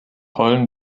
heulen